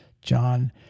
John